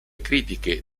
critiche